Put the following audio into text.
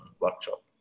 workshop